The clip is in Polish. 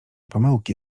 pomyłki